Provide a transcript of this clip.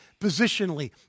positionally